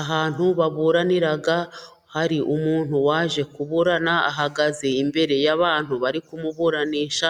Ahantu baburanira, hari umuntu waje kuburana, ahagaze imbere y'abantu bari kumuburanisha,